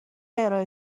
ارائه